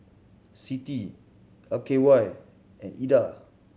CITI L K Y and Ida